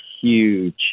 huge